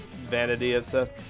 vanity-obsessed